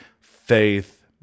faith